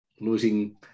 losing